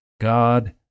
God